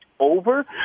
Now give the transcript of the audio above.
Over